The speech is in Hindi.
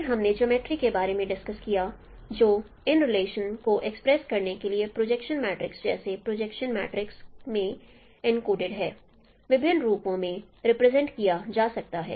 फिर हमने जियोमर्ट्री के बारे में डिस्कस्ड किया जो इन रिलेशन को एक्सप्रेस करने के लिए प्रोजेक्शन मैट्रिक्स जैसे प्रोजेक्शन मैट्रिक्स में एन्कोडेड है विभिन्न रूपों में रिप्रेजेंट किया जा सकता है